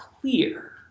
clear